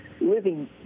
living